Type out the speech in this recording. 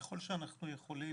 ככל שאנחנו יכולים,